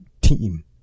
team